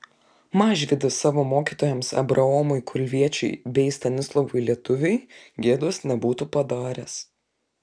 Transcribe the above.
mažvydas savo mokytojams abraomui kulviečiui bei stanislovui lietuviui gėdos nebūtų padaręs